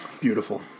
Beautiful